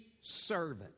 servant